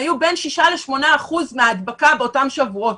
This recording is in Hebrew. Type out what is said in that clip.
היו בין 6% ל-8% מההדבקה באותם שבועות.